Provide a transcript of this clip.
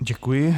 Děkuji.